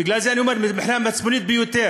בגלל זה אני אומר: מבחינה מצפונית ביותר.